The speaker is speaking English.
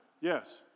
Yes